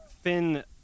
Finn